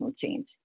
change